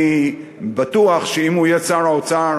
אני בטוח שאם הוא יהיה שר האוצר,